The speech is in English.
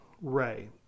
Ray